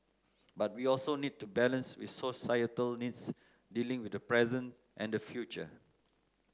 but we also need to balance with societal needs dealing with the present and the future